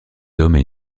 hommes